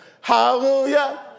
Hallelujah